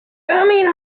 coming